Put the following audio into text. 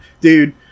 Dude